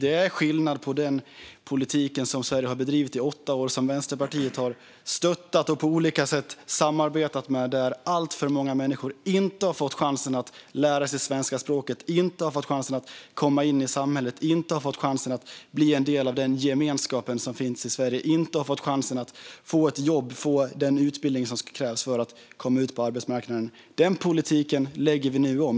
Den politik som har bedrivits i Sverige under åtta år och som Vänsterpartiet har stöttat och på olika sätt samarbetat om, där alltför många människor inte har fått chansen att lära sig det svenska språket, inte har fått chansen att komma in i samhället, inte har fått chansen att bli en del av den gemenskap som finns i Sverige och inte har fått chansen att få ett jobb och få den utbildning som krävs för att komma ut på arbetsmarknaden, lägger vi nu om.